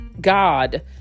god